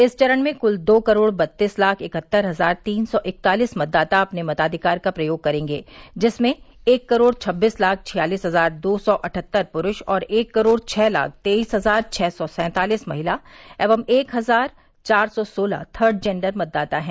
इस चरण में कुल दो करोड़ बत्तीस लाख इकहत्तर हजार तीन सौ इकतालीस मतदाता अपने मताधिकार का प्रयोग करेंगे जिसमें एक करोड़ छब्बीस लाख छियालीस हजार दो सौ अटठ्हत्तर पुरूष और एक करोड़ छह लाख तेईस हजार छह सौ सैंतालीस महिला एवं एक हजार चार सौ सोलह थर्ड जेंडर मतदाता है